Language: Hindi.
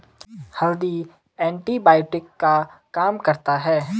हल्दी एंटीबायोटिक का काम करता है